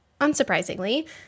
unsurprisingly